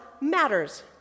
matters